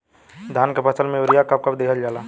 धान के फसल में यूरिया कब कब दहल जाला?